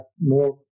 more